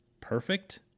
perfect